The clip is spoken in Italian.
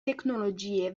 tecnologie